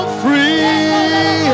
free